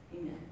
Amen